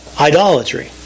idolatry